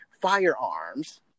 firearms